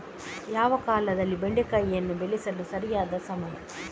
ಯಾವ ಕಾಲದಲ್ಲಿ ಬೆಂಡೆಕಾಯಿಯನ್ನು ಬೆಳೆಸಲು ಸರಿಯಾದ ಸಮಯ?